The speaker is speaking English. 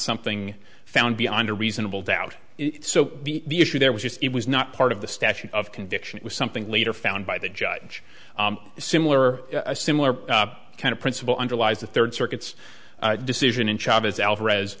something found beyond a reasonable doubt so the issue there was it was not part of the statute of conviction it was something later found by the judge is similar a similar kind of principle underlies the third circuit's decision in chavis alvarez